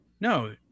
No